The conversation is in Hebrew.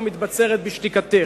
או מתבצרת בשתיקתך?